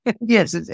Yes